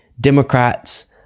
democrats